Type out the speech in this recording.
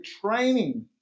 training